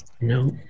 No